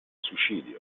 suicidio